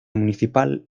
municipal